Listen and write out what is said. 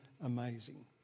amazing